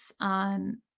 on